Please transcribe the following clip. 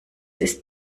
ist